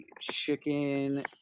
chicken